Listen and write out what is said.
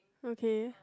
okay